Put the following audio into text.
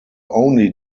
only